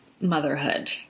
motherhood